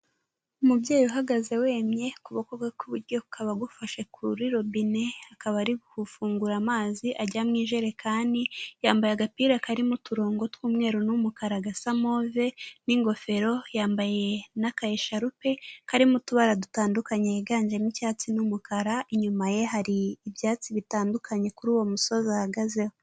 Umubyeyi uhagaze wemye ukuboko kwe kw'buryo kukaba gufashe kuri robine akaba ari gufungura amazi ajya mu ijerekani, yambaye agapira karimo uturongo tw'umweru n'umukara gasa move n'ingofero yambaye n'aka esharupe karimo utubara dutandukanye yiganjemo icyatsi n'umukara inyuma ye hari ibyatsi bitandukanye kuri uwo musozi ahagazeho.